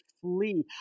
flee